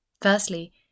Firstly